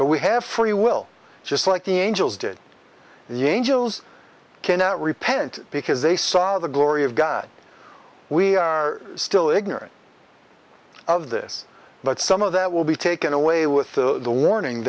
but we have free will just like the angels did the angels cannot repent because they saw the glory of god we are still ignorant of this but some of that will be taken away with the warning